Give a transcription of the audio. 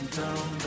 down